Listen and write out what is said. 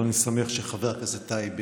ואני שמח שחבר הכנסת טייב